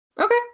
Okay